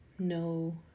No